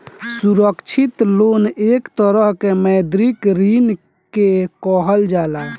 असुरक्षित लोन एक तरह के मौद्रिक ऋण के कहल जाला